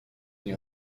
nie